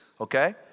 okay